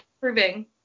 proving